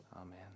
Amen